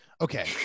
okay